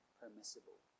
permissible